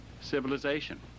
civilization